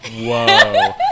Whoa